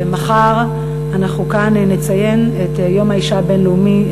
מחר אנחנו נציין כאן בכנסת את יום האישה הבין-לאומי.